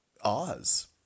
Oz